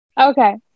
Okay